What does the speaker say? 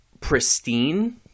pristine